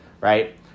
right